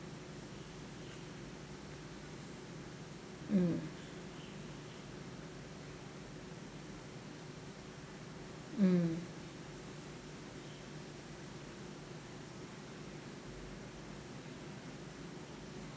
mm mm